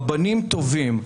רבנים טובים,